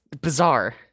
bizarre